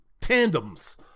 tandems